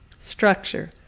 Structure